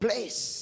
Place